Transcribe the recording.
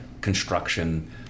construction